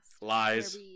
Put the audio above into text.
Lies